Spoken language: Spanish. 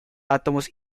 átomos